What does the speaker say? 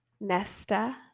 nesta